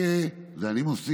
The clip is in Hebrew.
יאיר'קה, את זה אני מוסיף,